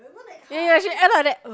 ya ya should end on that uh